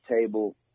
table